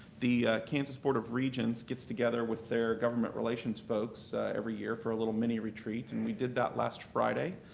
the kansas board of regents gets together with their government relations folks every year for a little mini retreat, and we did that last friday,